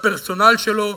לפרסונל שלו,